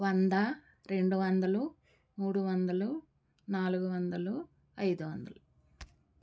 వంద రెండు వందలు మూడు వందలు నాలుగు వందలు ఐదొందలు